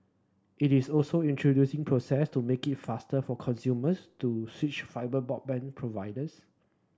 it is also introducing process to make it faster for consumers to switch fibre broadband providers